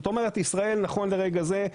זאת אומרת ישראל נכון לרגע זה,